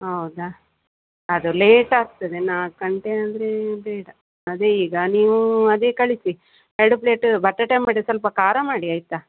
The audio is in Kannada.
ಹೌದಾ ಅದು ಲೇಟ್ ಆಗ್ತದೆ ನಾಲ್ಕು ಗಂಟೆಯಾದರೆ ಬೇಡ ಅದೇ ಈಗ ನೀವು ಅದೇ ಕಳಿಸಿ ಎರಡು ಪ್ಲೇಟ್ ಬಟಾಟಂಬಡೆ ಸ್ವಲ್ಪ ಖಾರ ಮಾಡಿ ಆಯಿತಾ